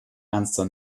ernster